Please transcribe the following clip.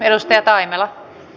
arvoisa puhemies